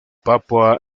papúa